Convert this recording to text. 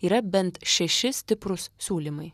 yra bent šeši stiprūs siūlymai